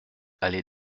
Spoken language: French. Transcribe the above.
allée